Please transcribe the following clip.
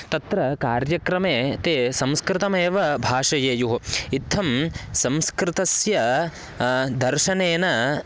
तत्र कार्यक्रमे ते संस्कृतमेव भाषयेयुः इत्थं संस्कृतस्य दर्शनेन